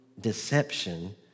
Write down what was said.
deception